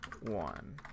one